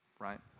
right